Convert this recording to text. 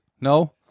No